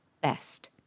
best